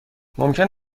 ممکن